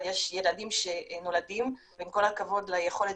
אבל יש ילדים שנולדים ועם כל הכבוד ליכולת